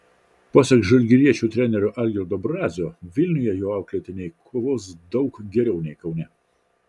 pasak žalgiriečių trenerio algirdo brazio vilniuje jo auklėtiniai kovos daug geriau nei kaune